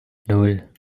nan